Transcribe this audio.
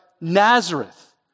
Nazareth